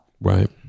Right